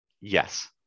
Yes